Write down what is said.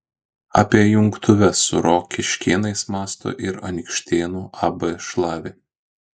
apie jungtuves su rokiškėnais mąsto ir anykštėnų ab šlavė